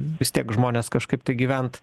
vis tiek žmonės kažkaip tai gyvent